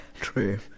true